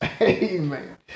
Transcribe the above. Amen